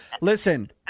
Listen